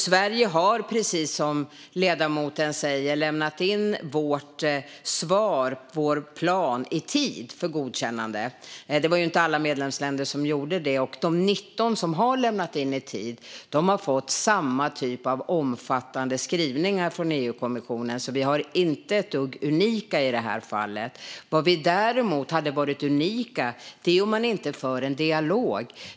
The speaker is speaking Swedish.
Sverige har, precis som ledamoten säger, lämnat in sitt svar, sin plan, i tid för godkännande. Det var inte alla medlemsländer som gjorde det, och de 19 som har lämnat in i tid har fått samma typ av omfattande skrivningar från EU-kommissionen. Vi är alltså inte ett dugg unika i det här fallet. Vad vi däremot hade varit unika i hade varit om vi inte fört en dialog.